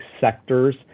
sectors